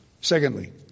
Secondly